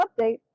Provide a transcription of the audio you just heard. update